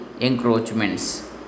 encroachments